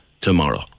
tomorrow